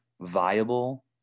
viable